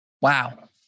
Wow